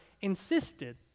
insisted